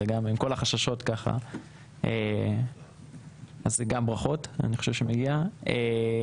עם כל החששות ככה אז אני חושב שמגיעות ברכות.